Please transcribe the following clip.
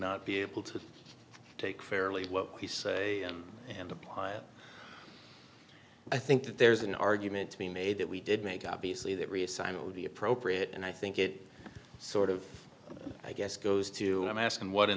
not be able to take fairly what he say and apply and i think that there's an argument to be made that we did make obviously that reassignment would be appropriate and i think it sort of i guess goes to i'm asking what in